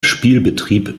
spielbetrieb